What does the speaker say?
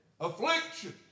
Affliction